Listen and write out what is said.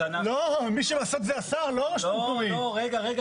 לא, מי שנסוג זה השר, לא רשות מקומית.